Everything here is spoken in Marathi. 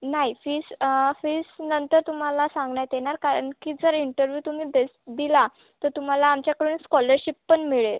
नाही फीस फीस नंतर तुम्हाला सांगण्यात येणार कारण की जर इंटरव्ह्यू तुम्ही देस दिला तर तुम्हाला आमच्याकडे स्कॉलरशिप पण मिळेल